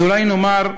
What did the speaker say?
אז אולי נאמר: